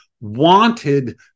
wanted